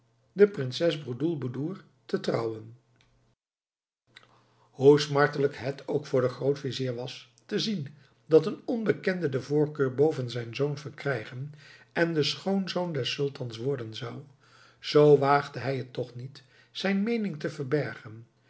de prinses bedroelboedoer te trouwen hoe smartelijk het nu ook voor den grootvizier was te zien dat een onbekende de voorkeur boven zijn zoon verkrijgen en de schoonzoon des sultans worden zou zoo waagde hij t toch niet zijn meening te verbergen